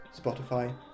Spotify